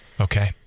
Okay